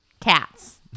Cats